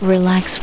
Relax